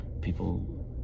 people